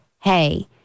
hey